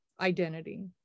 identity